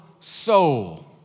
soul